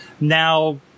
now